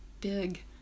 big